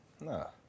No